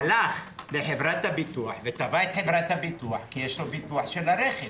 הלך לחברת הביטוח ותבע את חברת הביטוח כי יש לו ביטוח של הרכב